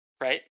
right